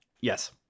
Yes